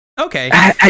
okay